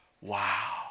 Wow